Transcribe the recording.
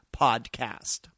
podcast